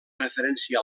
referència